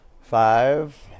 Five